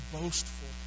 boastful